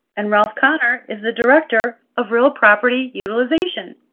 and ralph conner is the director of real property utilization.